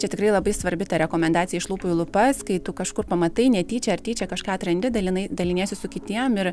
čia tikrai labai svarbi ta rekomendacija iš lūpų į lūpas kai tu kažkur pamatai netyčia ar tyčia kažką atrandi dalinai daliniesi su kitiem ir